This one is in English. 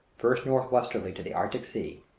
first northwesterly to the arctic sea,